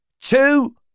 two